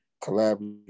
collaborate